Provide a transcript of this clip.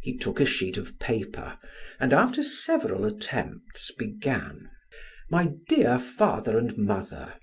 he took a sheet of paper and after several attempts began my dear father and mother